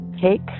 cake